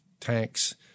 tanks